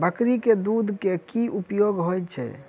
बकरी केँ दुध केँ की उपयोग होइ छै?